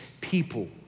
people